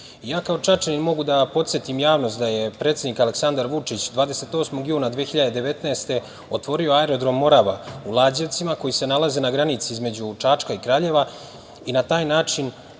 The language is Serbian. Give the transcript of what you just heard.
Ja kao Čačanin mogu da podsetim javnost da je predsednik Aleksandar Vučić 28. juna 2019. godine otvorio aerodrom „Morava“ u Lađevcima koji se nalazi na granici između Čačka i Kraljeva i na taj način